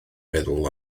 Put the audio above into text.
meddwl